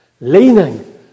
Leaning